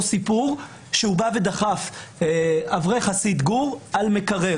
סיפור שהוא בא ודחף אברך חסיד גור על מקרר.